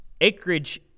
acreage